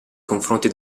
confronti